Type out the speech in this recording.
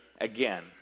again